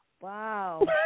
Wow